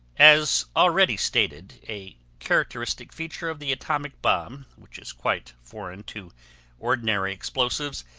as already stated, a characteristic feature of the atomic bomb, which is quite foreign to ordinary explosives,